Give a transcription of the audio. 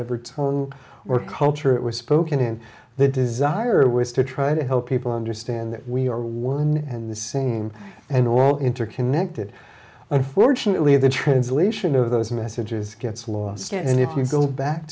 ever tone or culture it was spoken in the desire was to try to help people understand that we are one and the same and all interconnected unfortunately the translation of those messages gets lost and if you go back